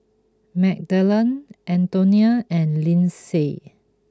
Magdalen Antonia and Lynsey